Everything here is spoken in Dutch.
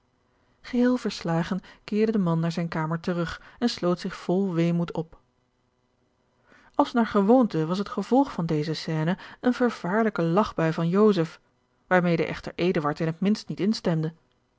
geheel verslagen keerde de man naar zijne kamer terug en sloot zich vol weemoed op george een ongeluksvogel als naar gewoonte was het gevolg van deze scène eene vervaarlijke lachbui van joseph waarmede echter eduard in het minst niet instemde